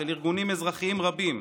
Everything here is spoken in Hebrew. של ארגונים אזרחיים רבים,